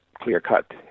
clear-cut